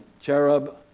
Cherub